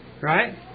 Right